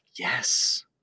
Yes